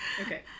Okay